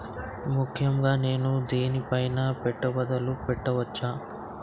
ముఖ్యంగా నేను దేని పైనా పెట్టుబడులు పెట్టవచ్చు?